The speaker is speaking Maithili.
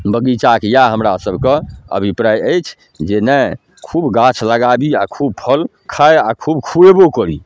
बगीचाके इएह हमरा सभके अभिप्राय अछि जे नहि खूब गाछ लगाबी आओर खूब फल खाए आओर खूब खुएबो करी